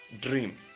dream